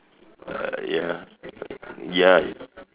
uh ya ya